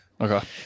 Okay